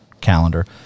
calendar